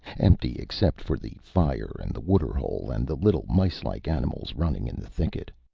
empty except for the fire and the waterhole and the little micelike animals running in the thicket.